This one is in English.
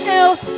else